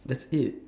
that's it